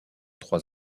trois